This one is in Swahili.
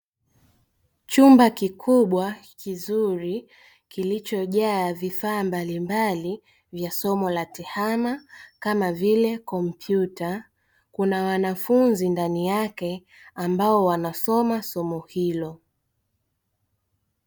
Chumba kikubwa kizuri kilichojaa vifaa mbalimbali vya somo la tehama kama vile kompyuta, kuna wanafunzi ndani yake ambao wanasoma somo hilo.